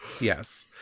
yes